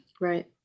right